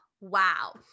wow